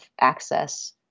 access